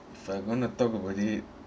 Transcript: if I'm going to talk about it